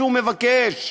כשהוא מבקש.